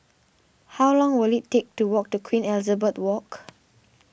how long will it take to walk to Queen Elizabeth Walk